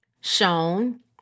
shown